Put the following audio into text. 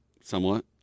somewhat